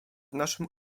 naszym